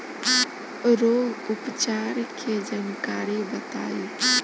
रोग उपचार के जानकारी बताई?